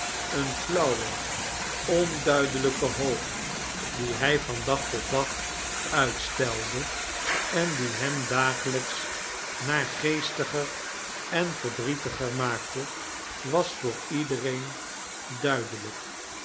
j nelly duidelijke hoop die hij van dag tot dag uitstelde en die hem dagelijks naargeestiger en verdrietiger maakte was voor iedereen duidelijk